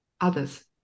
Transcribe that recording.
others